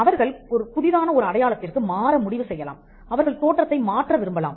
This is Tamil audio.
அவர்கள் புதிதான ஒரு அடையாளத்திற்கு மாற முடிவு செய்யலாம் அவர்கள் தோற்றத்தை மாற்ற விரும்பலாம்